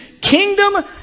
kingdom